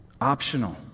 optional